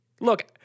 Look